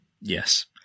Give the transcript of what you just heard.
Yes